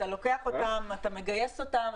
אתה מגייס אותם,